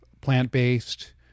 plant-based